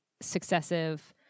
successive